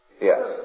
Yes